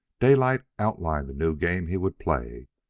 daylight outlined the new game he would play,